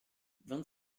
vingt